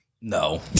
No